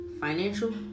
financial